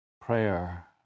prayer